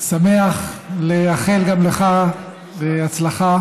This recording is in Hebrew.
שמח לאחל גם לך בהצלחה.